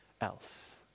else